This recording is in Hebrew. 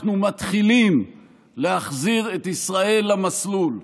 אנחנו מתחילים להחזיר את ישראל למסלול.